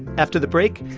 after the break,